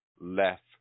left